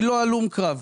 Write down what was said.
אני לא הלום קרב,